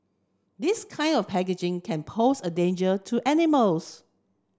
this kind of packaging can pose a danger to animals